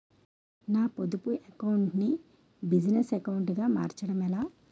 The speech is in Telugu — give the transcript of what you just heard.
నా పొదుపు అకౌంట్ నీ బిజినెస్ అకౌంట్ గా మార్చడం ఎలా?